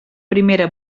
primera